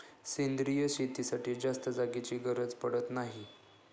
सेंद्रिय शेतीसाठी जास्त जागेची गरज पडत नाही